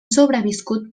sobreviscut